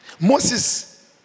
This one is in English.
Moses